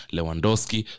Lewandowski